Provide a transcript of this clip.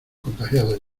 contagiados